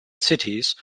cities